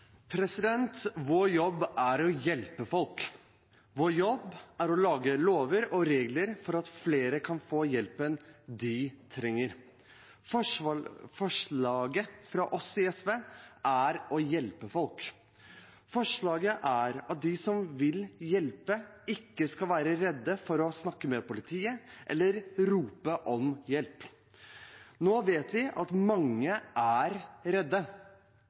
regler for at flere kan få hjelpen de trenger. Forslaget fra oss i SV er for å hjelpe folk. Forslaget er at de som vil hjelpe, ikke skal være redde for å snakke med politiet eller rope om hjelp. Nå vet vi at mange er redde,